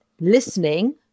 listening